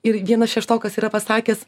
ir vienas šeštokas yra pasakęs